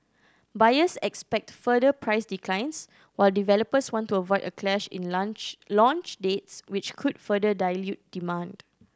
buyers expect further price declines while developers want to avoid a clash in lunch launch dates which could further dilute demand